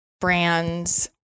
brands